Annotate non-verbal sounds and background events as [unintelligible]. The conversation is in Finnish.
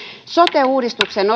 sote uudistuksen [unintelligible]